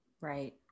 Right